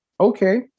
Okay